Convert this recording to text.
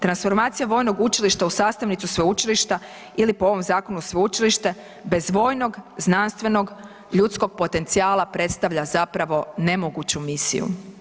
Transformacija vojnog učilišta u sastavnicu sveučilišta ili po ovom zakonu sveučilište bez vojnog znanstvenog ljudskog potencijala predstavlja zapravo nemoguću misiju.